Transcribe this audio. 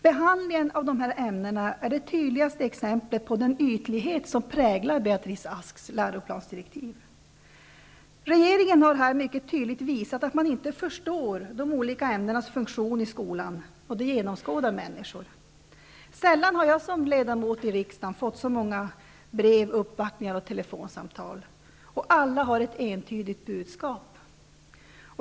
Behandlingen av dessa ämnen är det tydligaste exemplet på den ytlighet som präglar Regeringen har här mycket tydligt visat att man inte förstår de olika ämnenas funktion i skolan, och det genomskådar människor. Sällan har jag som ledamot i riksdagen fått så många brev, uppvaktningar och telefonsamtal -- och alla har ett entydigt budskap.